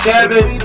Seven